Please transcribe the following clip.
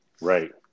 Right